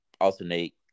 Alternate